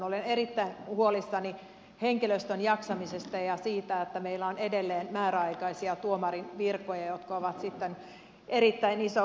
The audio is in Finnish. olen erittäin huolissani henkilöstön jaksamisesta ja siitä että meillä on edelleen määräaikaisia tuomarin virkoja jotka ovat sitten erittäin iso haaste